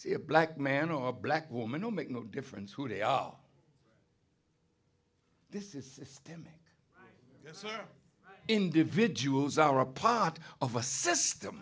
see a black man or a black woman will make no difference who they are this is just individuals are a part of a system